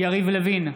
יריב לוין,